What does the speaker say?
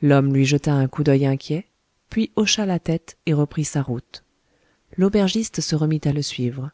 l'homme lui jeta un coup d'oeil inquiet puis hocha la tête et reprit sa route l'aubergiste se remit à le suivre